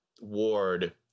Ward